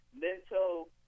mental